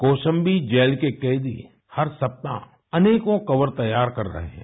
Kaushambi jail के कैदी हर सप्ताह अनेकों कवर तैयार कर रहे हैं